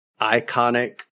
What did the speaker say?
iconic